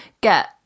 get